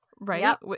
right